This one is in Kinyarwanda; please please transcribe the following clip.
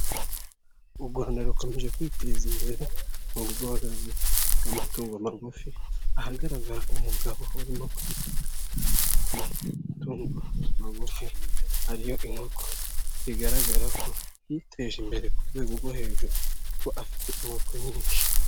U Rwanda rukomeje kwiteza imbere mu bworozi bw'amatungo magufi ahagaragara umugabo urimo kwita ku matungo magufi ariyo inkoko, bigaragara ko yiteje imbere ku rwego rwo hejuru kuko afite inkoko nyinshi.